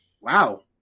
wow